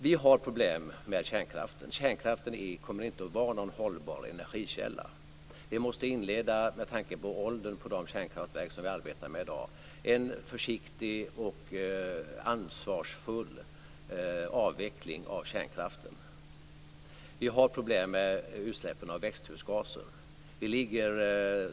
Vi har problem med kärnkraften. Kärnkraften kommer inte att vara någon hållbar energikälla. Med tanke på åldern på de kärnkraftverk som vi arbetar med i dag måste vi inleda en försiktig och ansvarsfull avveckling av kärnkraften. Vi har problem med utsläppen av växthusgaser.